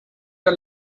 der